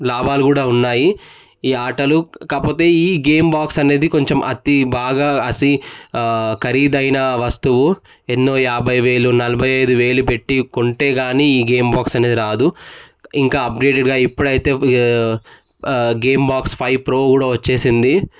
లాభాలు కూడా ఉన్నాయి ఈ ఆటలు కాకపోతే ఈ గేమ్ బాక్స్ అనేది కొంచెం అతి బాగా అసీ ఖరీదైన వస్తువు ఎన్నో యాభై వేలు నలభై ఐదు వేలు పెట్టి కొంటే కానీ గేమ్ బాక్స్ అనేది రాదు ఇంకా అప్డేటెడ్గా ఇప్పుడైతే గేమ్ బాక్స్ ఫైవ్ ప్రో కూడా వచ్చింది